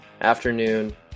afternoon